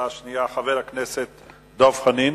השאלה השנייה, חבר הכנסת דב חנין.